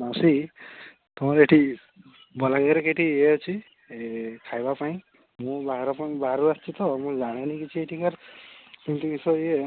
ମାଉସୀ ତୁମର ଏଇଠି ବଲାଙ୍ଗୀରରେ କେଉଁଠି ଇଏ ଅଛି ଖାଇବା ପାଇଁ ମୁଁ ବାହାରକୁ ବାହାରୁ ଆସିଛି ତ ମୁଁ ଜାଣିନି କିଛି ଏଠିକାର କେମତି କିସ ଇଏ